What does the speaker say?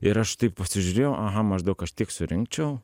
ir aš taip pasižiūrėjau aha maždaug aš tiek surinkčiau